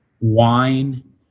wine